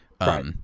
right